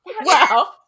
Wow